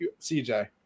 CJ